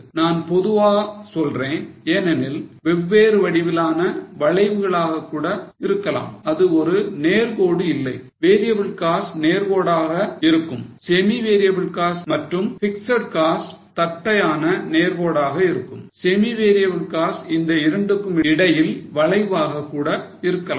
நான் பொதுவா சொல்கிறேன் ஏனெனில் வெவ்வேறு வடிவிலான வளைவுகளாக கூட இருக்கலாம் அது ஒரு நேர்கோடு இல்லை Variable cost நேர்கோடாக இருக்கும் semi variable cost மற்றும் fixed cost தட்டையான நேர்கோடாக இருக்கும் semi variable cost இந்த இரண்டுக்கும் இடையில் வளைவாக கூட இருக்கலாம்